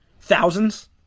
Thousands